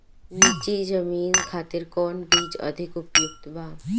नीची जमीन खातिर कौन बीज अधिक उपयुक्त बा?